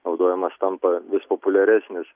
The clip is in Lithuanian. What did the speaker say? naudojamos tampa vis populiaresnės